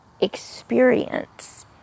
experience